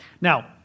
Now